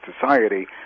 society